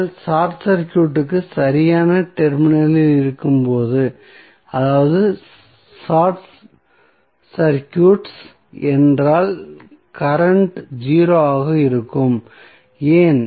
நீங்கள் ஷார்ட் சர்க்யூட்க்கு சரியான டெர்மினலில் இருக்கும்போது அதாவது ஷார்ட் சர்க்யூட்ஸ் என்றால் கரண்ட் 0 ஆக இருக்கும் ஏன்